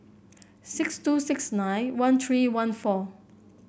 six two six nine one three one four